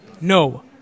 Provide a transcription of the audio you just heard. No